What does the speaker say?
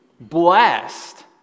blessed